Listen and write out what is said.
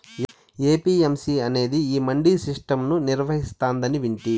APMC అనేది ఈ mandi system ను నిర్వహిస్తాందని వింటి